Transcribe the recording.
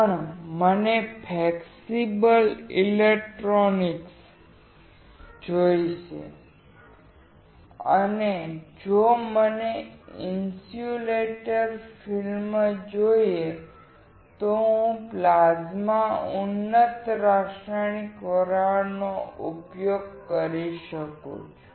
પણ જો મને ફ્રેક્સિબલ ઈલેક્ટ્રોનિક્સ જોઈએ અને જો મને ઈન્સ્યુલેટર ફિલ્મ જોઈએ તો હું પ્લાઝ્મા ઉન્નત રાસાયણિક વરાળનો ઉપયોગ કરી શકું છું